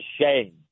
shame